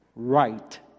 Right